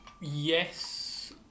yes